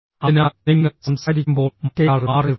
അതിനാൽ നിങ്ങൾ സംസാരിക്കുമ്പോൾ മറ്റേയാൾ മാറിനിൽക്കുന്നു